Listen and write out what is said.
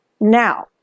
now